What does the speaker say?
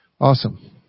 Awesome